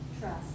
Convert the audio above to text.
trust